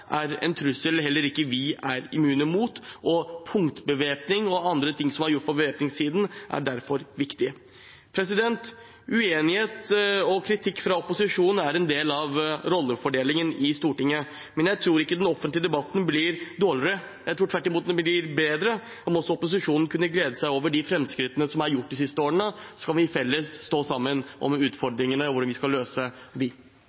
er en trussel heller ikke vi er immune mot. Punktbevæpning og andre ting som er gjort på bevæpningssiden, er derfor viktig. Uenighet og kritikk fra opposisjonen er en del av rollefordelingen i Stortinget, men jeg tror ikke den offentlige debatten blir dårligere – jeg tror tvert imot den blir bedre – om også opposisjonen kunne glede seg over de framskrittene som er gjort de siste årene. Så kan vi felles stå sammen om